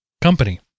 company